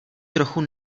trochu